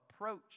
approach